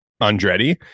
andretti